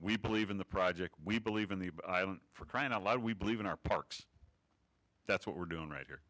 we believe in the project we believe in the for crying out loud we believe in our parks that's what we're doing ri